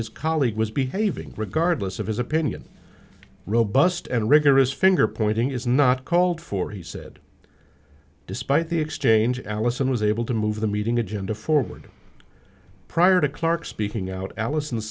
his colleague was behaving regardless of his opinion robust and rigorous fingerpointing is not called for he said despite the exchange alison was able to move the meeting agenda forward prior to clarke speaking out allison